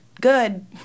good